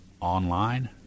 online